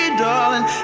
darling